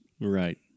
Right